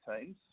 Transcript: teams